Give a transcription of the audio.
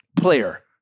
player